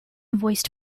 voiced